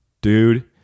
Dude